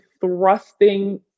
thrusting